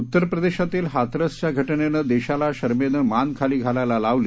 उत्तरप्रदेशातीलहाथरसच्याघटनेनेदेशालाशरमेनंमानखालीघालायलालावली